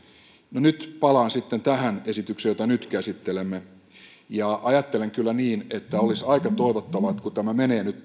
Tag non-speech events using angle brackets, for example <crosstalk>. nyt palaan sitten tähän esitykseen jota nyt käsittelemme ajattelen kyllä niin että olisi aika toivottavaa että kun tämä menee nyt <unintelligible>